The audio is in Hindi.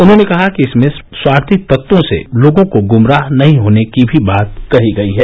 उन्होंने कहा कि इसमें स्वार्थी तत्वों से लोगों को गुमराह नहीं होने की भी बात कही गई है